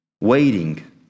waiting